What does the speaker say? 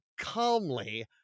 calmly